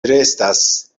restas